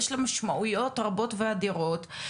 יש לה משמעויות רבות ואדירות.